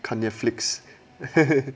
看 Netflix